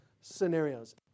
scenarios